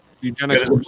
eugenics